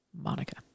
MONICA